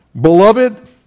Beloved